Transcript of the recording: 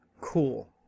cool